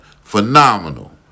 Phenomenal